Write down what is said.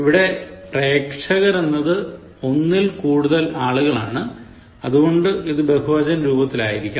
ഇവിടെ പ്രേക്ഷകർ എന്നത് ഒന്നിൽ കൂടുതൽ ആളുകളാണ് അതുകൊണ്ട് ഇത് ബഹുവചന രൂപത്തിൽ ആയിരിക്കണം